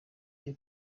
byo